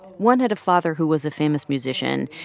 one had a father who was a famous musician.